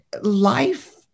life